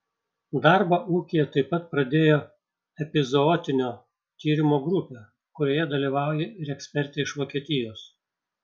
darbą ūkyje taip pat pradėjo epizootinio tyrimo grupė kurioje dalyvauja ir ekspertė iš vokietijos